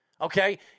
Okay